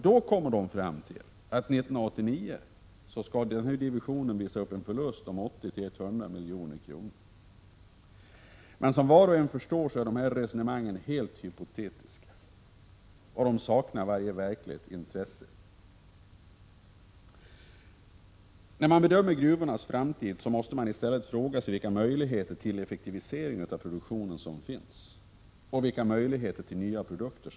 Då kommer de fram till att divisionen 1989 skall visa en förlust om 80-100 milj.kr. Som var och en förstår är dessa resonemang helt hypotetiska, varför de saknar intresse. När man bedömer gruvornas framtid måste man i stället fråga sig: Vilka möjligheter finns det att effektivisera produktionen, och vilka möjligheter existerar för tillverkning av nya produkter?